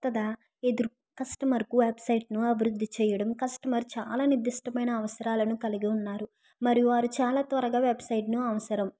ఒక కొత్తగా ఎదుర్కు కస్టమరు కు వెబ్సైటు ను అభివృద్ధి చేయడం కస్టమర్ చాలా నిర్దిష్టమైన అవసరాలను కలిగి ఉన్నారు మరియు వారు చాలా త్వరగా వెబ్సైటు ను అవసరం